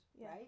right